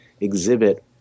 exhibit